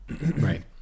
Right